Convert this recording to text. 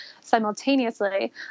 simultaneously